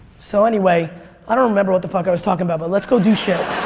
so anyway i don't remember what the fuck i was talking about but let's go do shit.